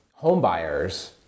homebuyers